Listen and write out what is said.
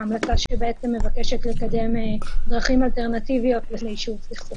המלצה שמבקשת לקדם דרכים אלטרנטיביות ליישוב סכסוכים.